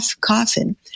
coffin